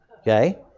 okay